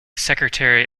secretary